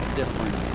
different